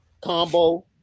Combo